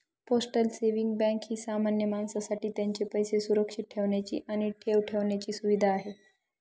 postal saving bank ही सामान्य माणसासाठी त्यांचे पैसे सुरक्षित ठेवण्याची आणि ठेव ठेवण्याची सुविधा आहे